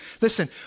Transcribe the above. Listen